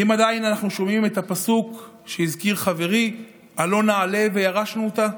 האם עדיין אנחנו שומעים את הפסוק שהזכיר חברי "עלה נעלה וירשנו אתה"?